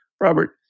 Robert